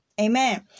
Amen